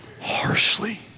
Harshly